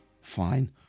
Fine